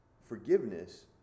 forgiveness